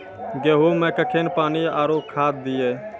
गेहूँ मे कखेन पानी आरु खाद दिये?